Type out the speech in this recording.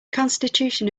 constitution